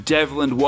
Devlin